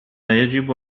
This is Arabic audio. يجب